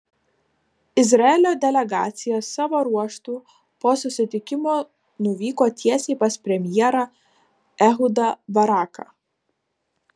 izraelio delegacija savo ruožtu po susitikimo nuvyko tiesiai pas premjerą ehudą baraką